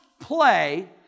play